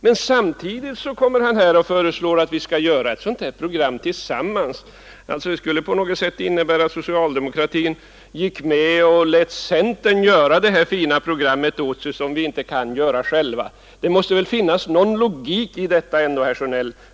Men samtidigt föreslår han att vi skall göra ett sådant program tillsammans. Det skulle innebära att socialdemokratin lät centern genomföra detta fina program som vi inte själva kan genomföra. Det måste väl finnas någon logik i detta, herr Sjönell.